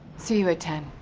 see you at ten.